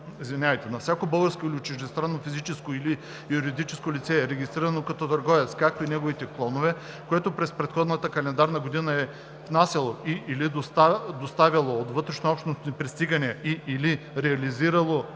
тип. (11) На всяко българско или чуждестранно физическо или юридическо лице, регистрирано като търговец, както и неговите клонове, което през предходната календарна година е внасяло и/или доставяло от вътрешнообщностни пристигания на територията